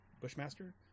Bushmaster